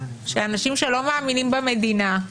שלא מאמינים במדינה,